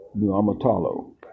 Nuamatalo